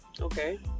Okay